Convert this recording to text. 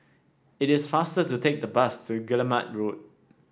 it is faster to take the bus to Guillemard Road